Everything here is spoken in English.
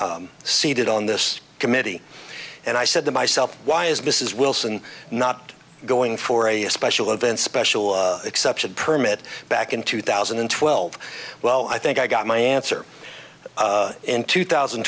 were seated on this committee and i said to myself why is this is wilson not going for a special event special exception permit back in two thousand and twelve well i think i got my answer in two thousand